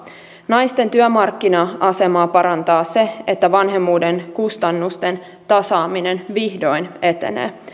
naisten työmarkkina asemaa parantaa se että vanhemmuuden kustannusten tasaaminen vihdoin etenee